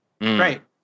Right